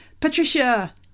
Patricia